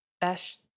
Best